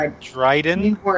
Dryden